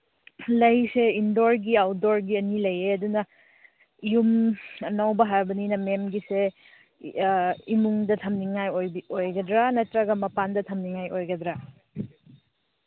ꯂꯩꯁꯦ ꯏꯟꯗꯣꯔꯒꯤ ꯑꯥꯎꯠꯗꯣꯔꯒꯤ ꯑꯅꯤ ꯂꯩꯌꯦ ꯑꯗꯨꯅ ꯌꯨꯝ ꯑꯅꯧꯕ ꯍꯥꯏꯕꯅꯤꯅ ꯃꯦꯝꯒꯤꯁꯦ ꯏꯃꯨꯡꯗ ꯊꯝꯅꯤꯡꯉꯥꯏ ꯑꯣꯏꯕꯤ ꯑꯣꯏꯒꯗ꯭ꯔꯥ ꯅꯠꯇꯔꯒ ꯃꯄꯥꯟꯗ ꯊꯝꯅꯤꯡꯉꯥꯏ ꯑꯣꯏꯒꯗ꯭ꯔꯥ